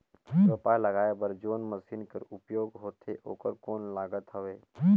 रोपा लगाय बर जोन मशीन कर उपयोग होथे ओकर कौन लागत हवय?